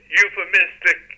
euphemistic